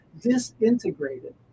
disintegrated